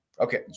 Okay